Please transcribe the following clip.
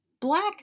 black